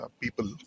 people